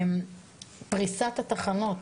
פריסת התחנות,